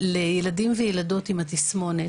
לילדים וילדות עם התסמונת,